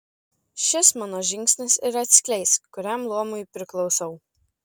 šis mano žingsnis ir atskleis kuriam luomui priklausau